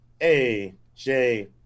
AJ